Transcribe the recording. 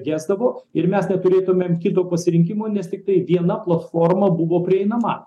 gesdavo ir mes neturėtumėm kito pasirinkimo nes tiktai viena platforma buvo prieinama